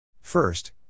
First